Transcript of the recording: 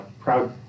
proud